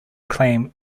claim